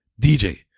DJ